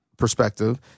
perspective